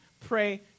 pray